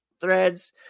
threads